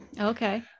Okay